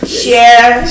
share